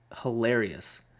hilarious